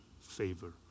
favor